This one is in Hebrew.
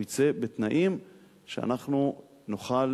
הוא יצא בתנאים שאנחנו נוכל